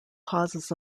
causes